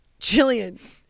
Jillian